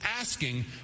asking